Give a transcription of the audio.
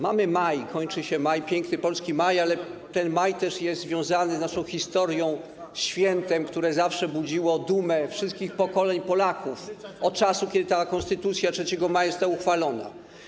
Mamy maj, kończy się piękny polski maj, ale ten maj też jest związany z naszą historią, ze świętem, które zawsze budziło dumę wszystkich pokoleń Polaków od czasu, kiedy Konstytucja 3 maja została uchwalona.